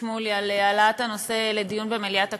שמולי על העלאת הנושא לדיון במליאת הכנסת.